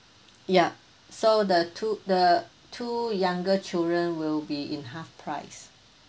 ya so the two the two younger children will be in half price